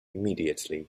immediately